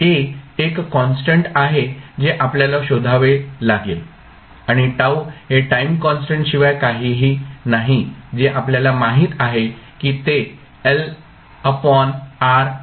A एक constant आहे जे आपल्याला शोधावे लागेल आणि τ हे टाईम कॉन्स्टंट शिवाय काहीही नाही जे आपल्याला माहित आहे की ते LR आहे